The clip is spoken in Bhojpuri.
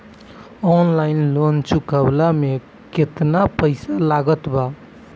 ऑनलाइन लोन चुकवले मे केतना पईसा लागत बा?